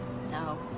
so.